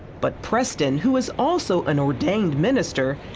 but preston, who is also an ordained minister,